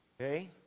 okay